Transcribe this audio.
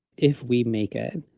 if we make it,